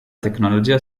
tecnologia